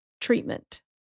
treatment